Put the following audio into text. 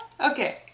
okay